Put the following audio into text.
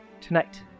tonight